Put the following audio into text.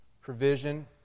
provision